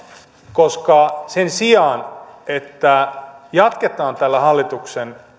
koska sen sijaan että jatketaan tällä hallituksen